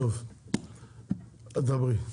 דברי, בבקשה.